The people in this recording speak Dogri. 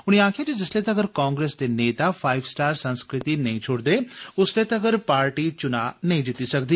उन्ने आखेआ जे जिसलै तगर कांग्रेस दे नेता फाइव स्टार संस्कृति नेई छोड़दे उसलै तगर पार्टी चुनांऽ नेई जित्ती सकदी